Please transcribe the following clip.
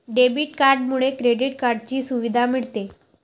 debit कार्डमुळे credit कार्डची सुविधा मिळते